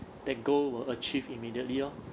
that goal will achieve immediately loh